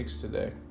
today